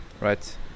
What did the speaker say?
right